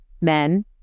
men